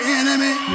enemy